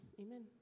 amen